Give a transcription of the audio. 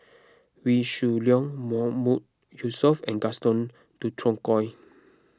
Wee Shoo Leong Mahmood Yusof and Gaston Dutronquoy